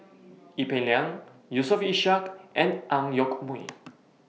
Ee Peng Liang Yusof Ishak and Ang Yoke Mooi